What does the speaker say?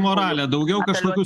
moralę daugiau kažkokių